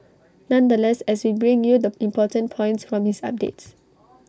nonetheless as we bring you the important points from his updates